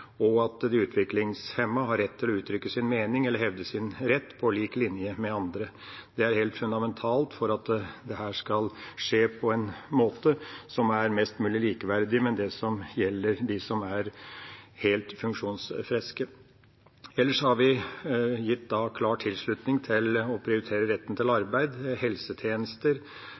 og at de utviklingshemmede har rett til å uttrykke sin mening og hevde sin rett på lik linje med andre. Det er helt fundamentalt for at dette skal skje på en måte som er mest mulig likeverdig med den som gjelder for dem som er helt funksjonsfriske. Ellers har vi gitt klar tilslutning til å prioritere retten til arbeid, helsetjenester,